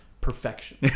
perfection